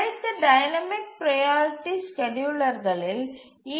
அனைத்து dynamic priority ஸ்கேட்யூலர்களில் ஈ